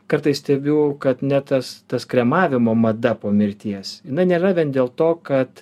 kartais stebiu kad net tas tas kremavimo mada po mirties jina nėra dėl to kad